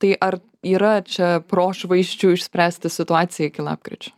tai ar yra čia prošvaisčių išspręsti situaciją iki lapkričio